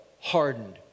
hardened